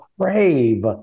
crave